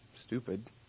stupid